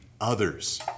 others